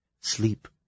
sleep